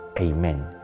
Amen